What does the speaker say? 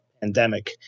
pandemic